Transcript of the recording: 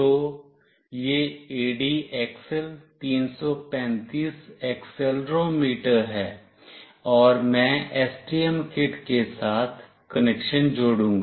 तो यह ADXL 335 accelerometer है और मैं एसटीएम किट के साथ कनेक्शन जोड़ूंगा